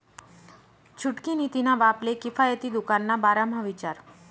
छुटकी नी तिन्हा बापले किफायती दुकान ना बारा म्हा विचार